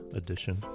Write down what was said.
edition